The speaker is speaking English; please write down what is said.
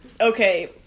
Okay